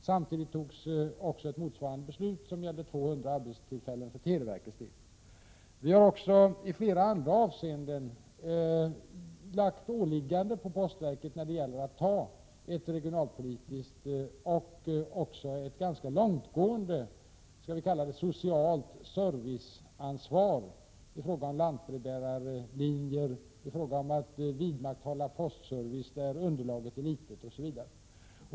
Samtidigt fattades ett motsvarande beslut beträffande 200 arbetstillfällen för televerkets del. Vi har också i flera andra avseenden gett postverket åligganden när det gäller att ta ett regionalpolitiskt och också ett ganska långtgående socialt serviceansvar i fråga om lantbrevbärarlinjer, vidmakthållande av postservice där underlaget är litet, osv.